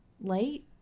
late